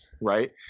right